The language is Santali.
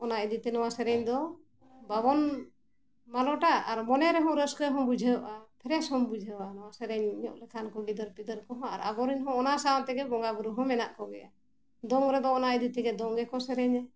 ᱚᱱᱟ ᱤᱫᱤ ᱛᱮ ᱱᱚᱣᱟ ᱥᱮᱨᱮᱧ ᱫᱚ ᱵᱟᱵᱚᱱ ᱢᱟᱞᱚᱴᱟ ᱟᱨ ᱢᱚᱱᱮ ᱨᱮᱦᱚᱸ ᱨᱟᱹᱥᱠᱟᱹ ᱦᱚᱸ ᱵᱩᱡᱷᱟᱹᱣᱜᱼᱟ ᱯᱷᱨᱮᱥ ᱦᱚᱸ ᱵᱩᱡᱷᱟᱹᱣᱜᱼᱟ ᱱᱚᱣᱟ ᱥᱮᱨᱮᱧ ᱧᱚᱜ ᱞᱮᱠᱷᱟᱱ ᱠᱚ ᱜᱤᱫᱟᱹᱨ ᱯᱤᱫᱟᱹᱨ ᱠᱚᱦᱚᱸ ᱟᱨ ᱟᱵᱚᱨᱮᱱ ᱦᱚᱸ ᱚᱱᱟ ᱥᱟᱶ ᱛᱮᱜᱮ ᱵᱚᱸᱜᱟ ᱵᱩᱨᱩ ᱦᱚᱸ ᱢᱮᱱᱟᱜ ᱠᱚᱜᱮᱭᱟ ᱫᱚᱝ ᱨᱮᱫᱚ ᱚᱱᱟ ᱤᱫᱤ ᱛᱮᱜᱮ ᱫᱚᱝ ᱜᱮᱠᱚ ᱥᱮᱨᱮᱧᱟ